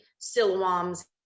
SILWAM's